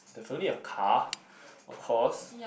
definitely a car of course